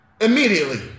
immediately